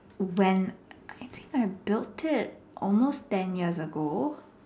when I I I think I built it almost ten years ago